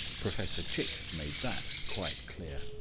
professor chick made that quite clear.